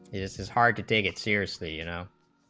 is is hard to take it seriously you know